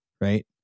right